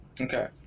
Okay